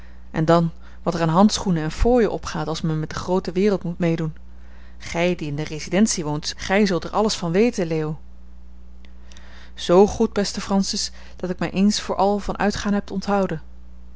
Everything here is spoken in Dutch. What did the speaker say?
en dan wat er aan handschoenen en fooien opgaat als men met de groote wereld moet meedoen gij die in de residentie woont gij zult er alles van weten leo zoo goed beste francis dat ik mij eens voor al van uitgaan heb onthouden